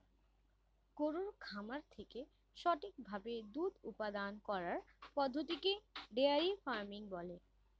গরুর খামার থেকে সঠিক ভাবে দুধ উপাদান করার পদ্ধতিকে ডেয়ারি ফার্মিং বলে